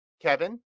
Kevin